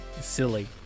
silly